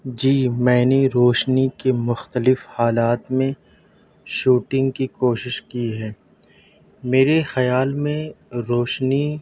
جی میں نے روشنی کے مختلف حالات میں شوٹنگ کی کوشش کی ہے میرے خیال میں روشنی